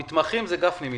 המתמחים זה גפני מתעקש,